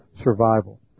survival